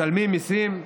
משלמים מיסים,